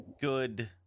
good